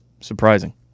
Surprising